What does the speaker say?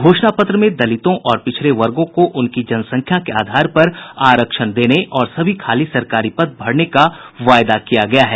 घोषणा पत्र में दलितों और पिछड़े वर्गों को उनकी जनसंख्या के आधार पर आरक्षण देने और सभी खाली सरकारी पद भरने का वादा किया गया है